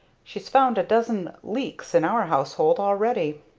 she's found a dozen leaks in our household already.